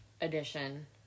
edition